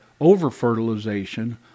over-fertilization